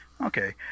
Okay